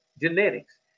genetics